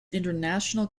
international